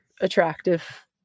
attractive